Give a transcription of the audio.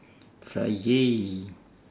friyay